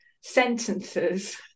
sentences